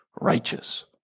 righteous